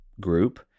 group